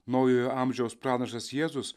naujojo amžiaus pranašas jėzus